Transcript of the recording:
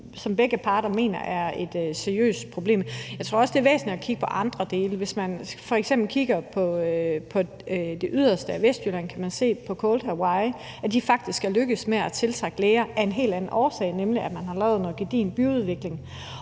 som begge parter mener er et seriøst problem. Jeg tror også, det er væsentligt at kigge på andre dele. Hvis man f.eks. kigger på det yderste Vestjylland, kan man se, at de på Cold Hawaii er lykkedes med at tiltrække læger af en hel anden årsag, nemlig at man har lavet noget gedigent byudvikling.